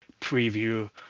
preview